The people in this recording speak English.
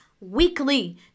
weekly